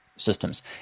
systems